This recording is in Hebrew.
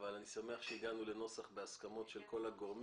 אבל אני שמח שהגענו לנוסח בהסכמות של כל הגורמים.